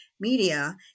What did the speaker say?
Media